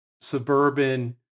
suburban